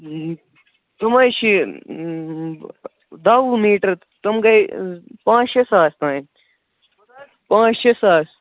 تِم حظ چھِ دَہ وُہ میٖٹر تِم گٔے پانٛژھ شےٚ ساس تانۍ پانٛژھ شےٚ ساس